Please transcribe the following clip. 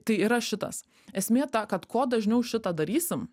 tai yra šitas esmė ta kad kuo dažniau šitą darysim